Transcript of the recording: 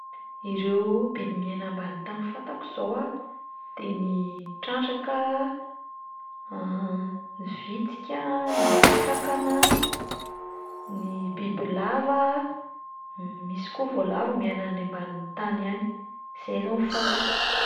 Ireo biby miaina ambany tany fantako zao a, de: ny trandraka, ny vitsika, ny kankana, ny bibilava, m- misy koa voalavo miaina any ambanin'ny tany any, zay izao no fantako.